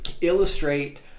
illustrate